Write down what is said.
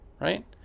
right